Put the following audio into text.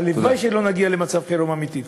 הלוואי שלא נגיע למצב חירום אמיתי.